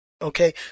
Okay